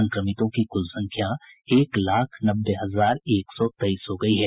संक्रमितों की कुल संख्या एक लाख नब्बे हजार एक सौ तेईस हो गयी है